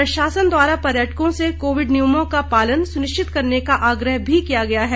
प्रशासन द्वारा पर्यटकों से कोविड नियमों का पालन सुनिश्चित करने का आग्रह भी किया गया है